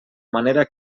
manera